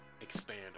expand